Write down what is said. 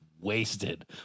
wasted